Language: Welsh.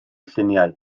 lluniau